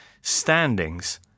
standings